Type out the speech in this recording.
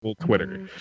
Twitter